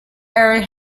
erik